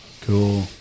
Cool